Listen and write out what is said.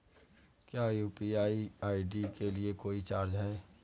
क्या UPI ID के लिए कोई चार्ज है?